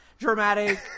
dramatic